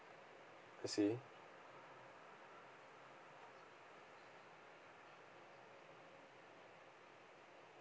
I see